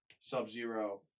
Sub-Zero